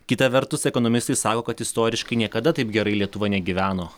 kita vertus ekonomistai sako kad istoriškai niekada taip gerai lietuva negyveno